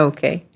Okay